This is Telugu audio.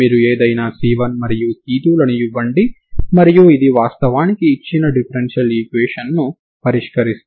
దీని నుండి నేను నా పొటెన్షియల్ ఎనర్జీ ని నిర్వచించగలను